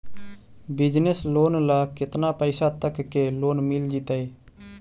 Business loan ल केतना पैसा तक के लोन मिल जितै?